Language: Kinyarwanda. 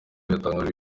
yatangaje